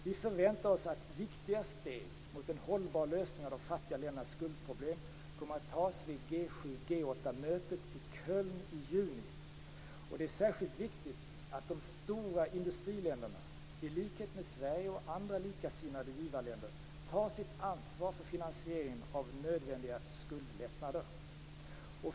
Vi förväntar oss att viktiga steg mot en hållbar lösning av de fattiga ländernas skuldproblem kommer att tas vid G7/G8-mötet i Köln i juni. Det är särskilt viktigt att de stora industriländerna, i likhet med Sverige och andra likasinnade givarländer, tar sitt ansvar för finansieringen av nödvändiga skuldlättnader.